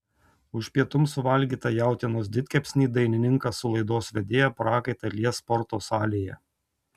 už pietums suvalgytą jautienos didkepsnį dainininkas su laidos vedėja prakaitą lies sporto salėje